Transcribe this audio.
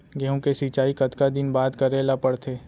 गेहूँ के सिंचाई कतका दिन बाद करे ला पड़थे?